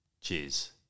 Cheers